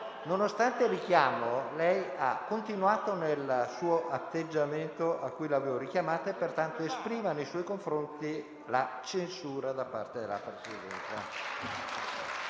nonostante il richiamo fatto, lei ha continuato nell'atteggiamento per cui l'avevo richiamata, e pertanto esprimo nei suoi confronti la censura da parte della Presidenza.